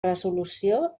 resolució